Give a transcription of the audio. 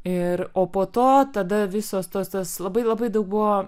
ir o po to tada visos tos tas labai labai daug buvo